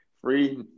free